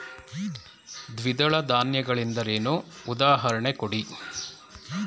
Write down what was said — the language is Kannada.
ದ್ವಿದಳ ಧಾನ್ಯ ಗಳೆಂದರೇನು, ಉದಾಹರಣೆ ಕೊಡಿ?